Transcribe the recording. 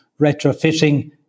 retrofitting